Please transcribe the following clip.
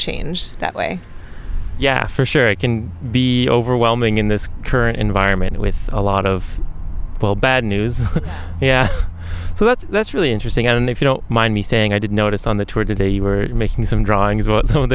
change that way yeah for sure it can be overwhelming in this current environment with a lot of bad news yeah so that's that's really interesting i don't know if you don't mind me saying i did notice on the tour today you were making some drawings about some of